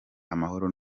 amahoro